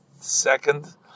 second